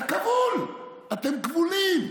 אתה כבול, אתם כבולים.